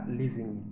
living